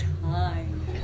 time